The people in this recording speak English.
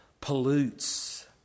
pollutes